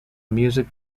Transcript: music